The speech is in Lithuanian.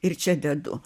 ir čia dedu